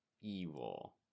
evil